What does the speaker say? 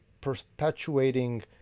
perpetuating